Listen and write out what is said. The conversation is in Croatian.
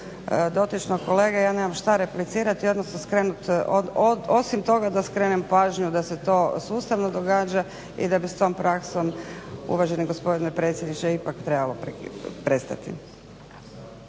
dotičnog kolege. Ja nemam što replicirati osim toga da skrenem pažnju da se to sustavno događa i da bi s tom praksom uvaženi gospodine predsjedniče ipak trebalo prestati.